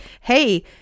hey